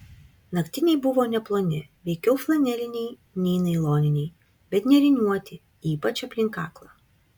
naktiniai buvo neploni veikiau flaneliniai nei nailoniniai bet nėriniuoti ypač aplink kaklą